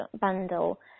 Bundle